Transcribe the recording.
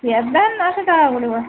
নশো টাকা করে বস